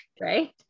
Right